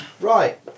Right